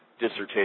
dissertation